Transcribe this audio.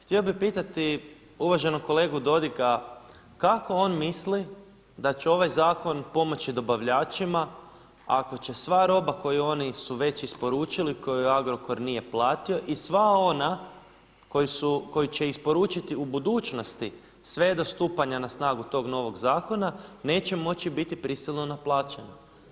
Htio bih pitati uvaženog kolegu Dodiga kako on misli da će ovaj zakon pomoći dobavljačima ako će sva roba koju oni su već isporučili koju Agrokor nije platio i sva ona koju će isporučiti u budućnosti sve do stupanja na snagu tog novog zakona neće moći biti prisilno naplaćena.